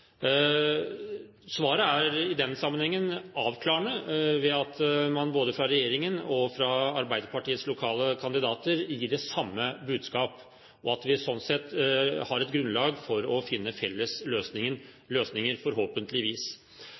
Svaret er i den sammenhengen avklarende ved at både regjeringen og Arbeiderpartiets lokale kandidater gir det samme budskap, og at vi sånn sett har et grunnlag for å finne felles løsninger, forhåpentligvis.